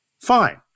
Fine